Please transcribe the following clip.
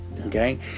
okay